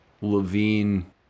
Levine